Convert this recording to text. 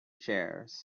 chairs